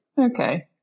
Okay